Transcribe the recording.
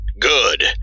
Good